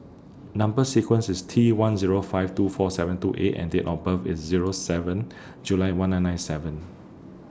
Number sequence IS T one Zero five two four seven two A and Date of birth IS Zero seven July one nine nine seven